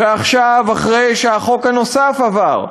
ועכשיו, אחרי שהחוק הנוסף עבר,